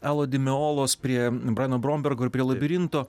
elo dimeolos prie brajano brombergo ir prie labirinto